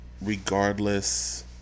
regardless